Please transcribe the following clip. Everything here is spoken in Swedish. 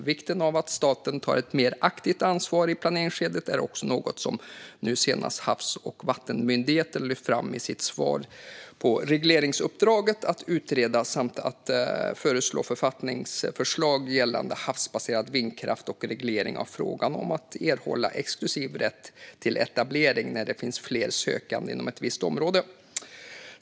Vikten av att staten tar ett mer aktivt ansvar i planeringsskedet är också något som nu senast Havs och vattenmyndigheten lyft fram i sitt svar på regeringsuppdraget att utreda samt föreslå författningsförslag gällande havsbaserad vindkraft och reglering av frågan om att erhålla exklusiv rätt till etablering när det finns flera sökande inom ett visst område.